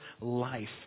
life